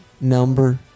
number